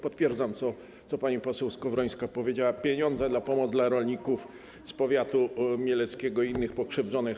Potwierdzam to, co pani Skowrońska powiedziała: pieniądze na pomoc dla rolników z powiatu mieleckiego i innych pokrzywdzonych.